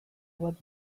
bat